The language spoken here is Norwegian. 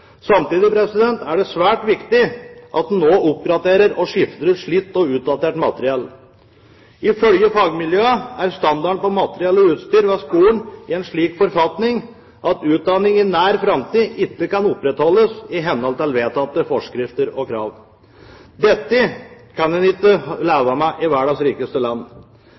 er det svært viktig at en nå oppgraderer og skifter ut slitt og utdatert materiell. Ifølge fagmiljøene er standarden på materiell og utstyr ved skolen i en slik forfatning at utdanningen i nær framtid ikke kan opprettholdes i henhold til vedtatte forskrifter og krav. Dette kan en ikke leve med i verdens rikeste land.